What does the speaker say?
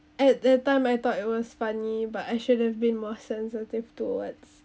at that time I thought it was funny but I should have been more sensitive towards